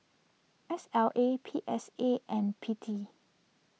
S L A P S A and P T